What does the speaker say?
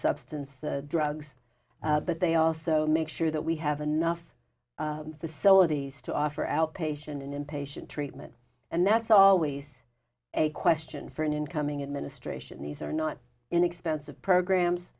substance drugs but they also make sure that we have enough facilities to offer outpatient an inpatient treatment and that's always a question for an incoming administration these are not inexpensive programs